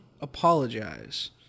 apologize